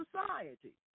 society